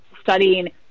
studying